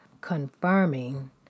confirming